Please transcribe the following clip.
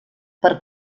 per